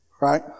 right